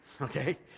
okay